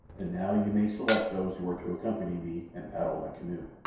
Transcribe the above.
and now you may select those who are to accompany me and paddle my canoe.